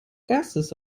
erstes